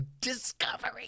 Discovery